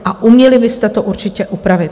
A uměli byste to určitě upravit.